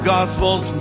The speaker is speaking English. Gospels